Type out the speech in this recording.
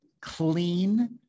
clean